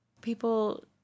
people